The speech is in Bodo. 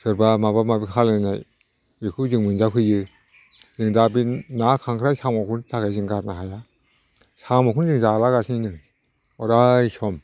सोरबा माबा माबि खालामनाय बेखौ जों मोनजाफैयो जों दा बे ना खांख्राय साम'खौ जों गारनो हाया साम'खौनो जों जालागासिनो अराय सम